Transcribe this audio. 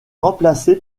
remplacé